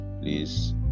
please